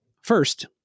first